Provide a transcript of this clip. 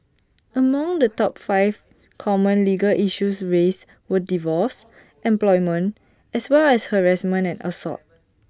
among the top five common legal issues raised were divorce employment as well as harassment and assault